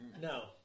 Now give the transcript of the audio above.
No